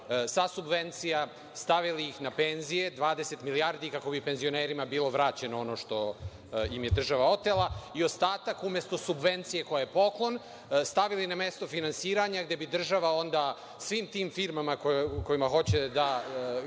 sa subvencija, stavili ih na penzije, 20 milijardi, kako bi penzionerima bilo vraćeno ono što im je država otela i ostatak, umesto subvencije koja je poklon, stavili na mesto finansiranja gde bi država onda svim tim firmama kojima hoće da